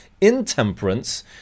intemperance